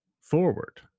forward